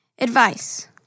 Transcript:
advice